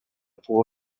pour